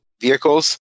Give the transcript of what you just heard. vehicles